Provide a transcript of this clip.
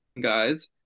guys